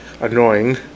annoying